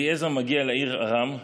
אליעזר מגיע לעיר ארם ומחליט,